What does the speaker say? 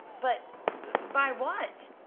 but buy what?